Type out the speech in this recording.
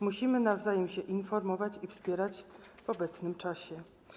Musimy nawzajem się informować i wspierać w obecnym czasie.